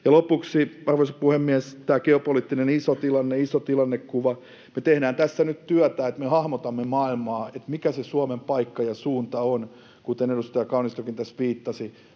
lopuksi, arvoisa puhemies, tämä geopoliittinen iso tilanne, iso tilannekuva: Me teemme tässä nyt työtä, että me hahmotamme maailmaa, sen, mikä se Suomen paikka ja suunta on, kuten edustaja Kaunistokin tässä viittasi.